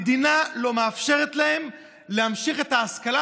המדינה לא מאפשרת להם להמשיך את ההשכלה,